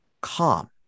calm